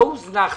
לא הוזנחתם,